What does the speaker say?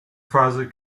father